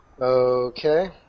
Okay